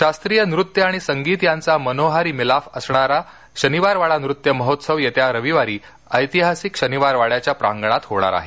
शास्त्रीय नृत्य आणि संगीत यांचा मनोहारी मिलाफ असणारा शनिवारवाडा नृत्य महोत्सव येत्या रविवारी ऐतिहासिक शनिवारवाड्याच्या प्रांगणात होणार आहे